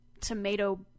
tomato